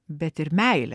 bet ir meilę